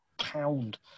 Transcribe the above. pound